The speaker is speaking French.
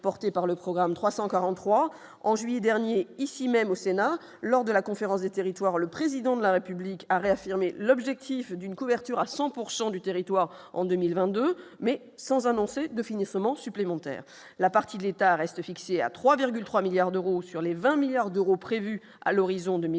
porté par le programme 343 en juillet dernier, ici même au Sénat, lors de la conférence des territoires, le président de la République a réaffirmé l'objectif d'une couverture à 100 pourcent du territoire en 2020, 2 mais sans annoncer de finalement supplémentaire, la partie de l'État reste fixé à 3,3 milliards d'euros sur les 20 milliards d'euros prévus à l'horizon 2020,